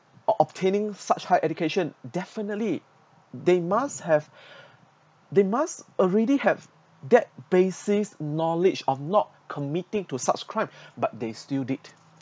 or obtaining such high education definitely they must have they must already have that basic knowledge of not committing to subscribe but they still did